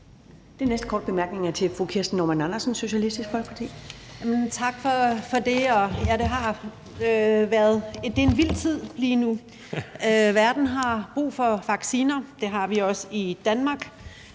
Den næste korte bemærkning er til fru Kirsten Normann Andersen, Socialistisk Folkeparti. Kl. 13:38 Kirsten Normann Andersen (SF): Tak for det. Ja, det er en vild tid lige nu. Verden har brug for vacciner. Det har vi også i Danmark,